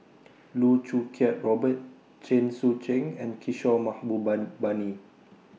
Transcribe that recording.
Loh Choo Kiat Robert Chen Sucheng and Kishore